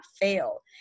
fail